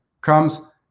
comes